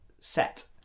set